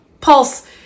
pulse